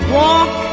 walk